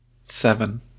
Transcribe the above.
seven